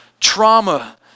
trauma